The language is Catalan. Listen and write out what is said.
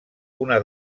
una